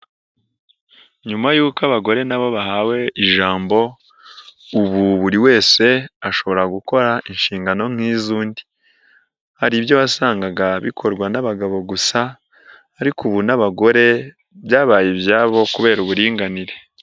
Nyuma yuko abagore na bo bahawe ijambo, ubu buri wese ashobora gukora inshingano nk'iz'undi, hari ibyo wasangaga bikorwa n'abagabo gusa ariko ubu n'abagore byabaye ibyabo kubera uburinganire.